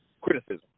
criticism